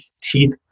teeth